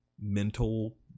mental